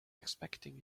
expecting